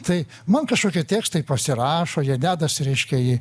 tai man kažkokie tekstai pasirašo jie dedasi reiškia ji